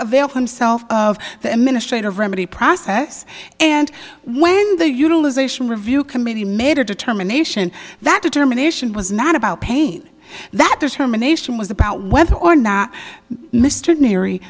himself of the administrative remedy process and when the utilization review committee made a determination that determination was not about pain that determination was about whether or not mr neary